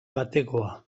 batekoa